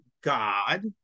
God